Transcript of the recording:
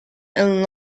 and